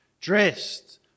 dressed